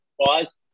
pause